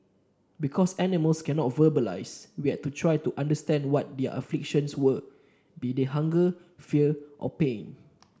because animals cannot verbalise we had to try to understand what their afflictions were be they hunger fear or pain